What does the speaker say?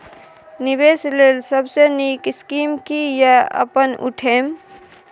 निवेश लेल सबसे नींक स्कीम की या अपन उठैम?